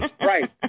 Right